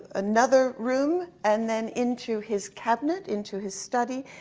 another room, and then into his cabinet, into his study,